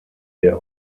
der